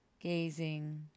gazing